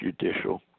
judicial